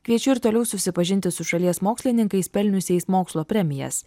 kviečiu ir toliau susipažinti su šalies mokslininkais pelniusiais mokslo premijas